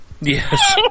Yes